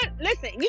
listen